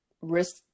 risk